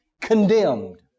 condemned